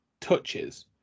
touches